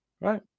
right